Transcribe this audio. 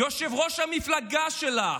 יושב-ראש המפלגה שלך.